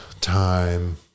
time